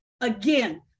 again